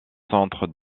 centres